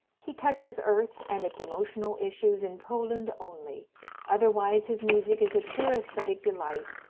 he touches earth and its emotional issues in poland only otherwise his music is a pure aesthetic delight,